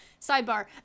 sidebar